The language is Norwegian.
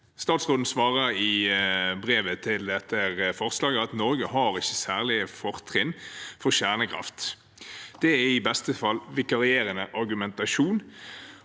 Statsråden svarer i brevet til dette forslaget at Norge ikke har særlige fortrinn for kjernekraft. Det er i beste fall vikarierende argumentasjon.